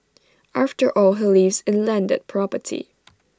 after all he lives in landed property